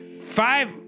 five